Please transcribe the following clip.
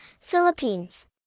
Philippines